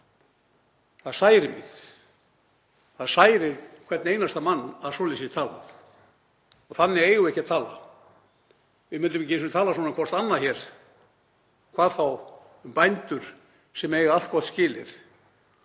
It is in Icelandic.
Það særir mig. Það særir hvern einasta mann að svoleiðis sé talað og þannig eigum við ekki að tala. Við myndum ekki einu sinni tala svona hvert við annað hér, hvað þá um bændur sem eiga allt gott skilið